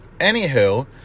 Anywho